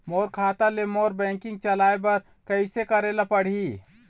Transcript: मोर खाता ले मोर बैंकिंग चलाए बर कइसे करेला पढ़ही?